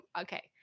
okay